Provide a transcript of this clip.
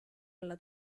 alla